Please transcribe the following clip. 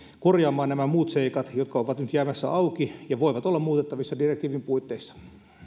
korjaamaan nämä muut seikat jotka ovat nyt jäämässä auki ja voivat olla muutettavissa direktiivin puitteissa